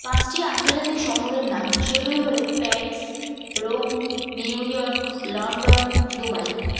পাঁচটি আন্তর্জাতিক শহরের নাম সেগুলি হল Paris Rome New York London Dubai